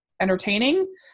entertaining